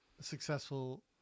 successful